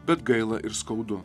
bet gaila ir skaudu